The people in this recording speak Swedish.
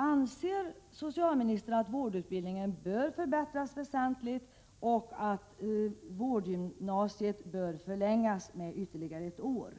Anser socialministern att vårdutbildningen bör förbättras väsentligt och att vårdgymnasiet bör förlängas med ytterligare ett år?